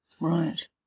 right